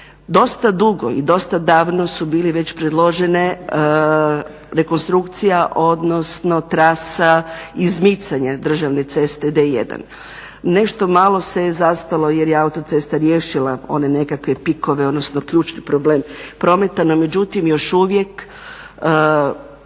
Dosta dugo i dosta davno su bili već predložene rekonstrukcija, odnosno trasa izmicanja državne ceste D-1. Nešto malo se je zastalo jer je autocesta riješila one nekakve pikove, odnosno ključni problem prometa. No, međutim, još uvijek